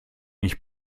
nicht